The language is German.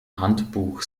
handbuch